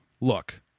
look